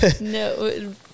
No